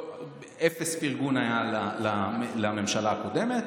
אפס פרגון היה לממשלה הקודמת.